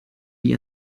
wie